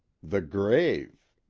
the grave!